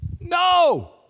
no